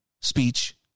speech